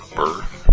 birth